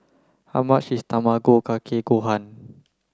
how much is Tamago Kake Gohan